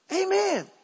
Amen